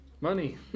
Money